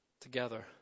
together